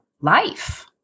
life